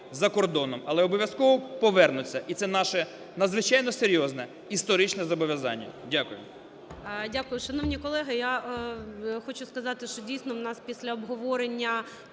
за кордоном, але обов'язково повернуться. І це наше надзвичайно серйозне історичне зобов'язання. Дякую. ГОЛОВУЮЧИЙ. Дякую. Шановні колеги, я хочу сказати, дійсно, у нас після обговорення